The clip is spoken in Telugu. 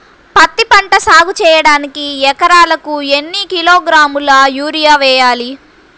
పత్తిపంట సాగు చేయడానికి ఎకరాలకు ఎన్ని కిలోగ్రాముల యూరియా వేయాలి?